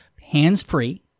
hands-free